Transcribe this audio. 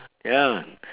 ya